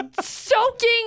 soaking